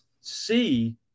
see